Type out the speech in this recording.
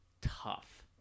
tough